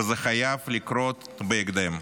וזה חייב לקרות בהקדם.